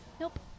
Nope